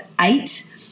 eight